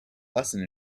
lesson